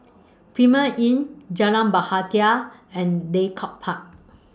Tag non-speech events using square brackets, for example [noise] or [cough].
Premier Inn Jalan [unintelligible] and Draycott Park